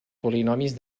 polinomis